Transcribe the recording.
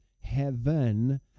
heaven